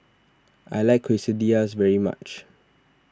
I like Quesadillas very much